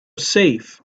safe